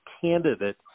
candidate